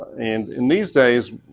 and in these days,